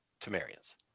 Tamarians